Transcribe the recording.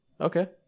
Okay